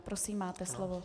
Prosím, máte slovo.